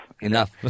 Enough